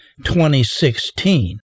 2016